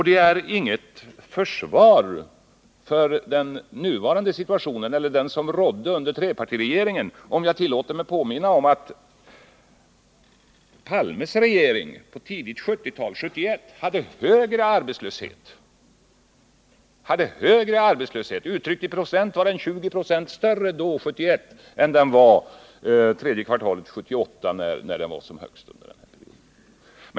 Det är inget försvar, vare sig för den nuvarande situationen eller för den som rådde under trepartiregeringens tid, om jag nu tillåter mig påminna om att Olof Palmes regering på tidigt 1970-tal — år 1971 — hade högre arbetslöshet. Uttryckt i procent var den 20 96 större år 1971 än den var under tredje kvartalet 1978 när den då var som högst.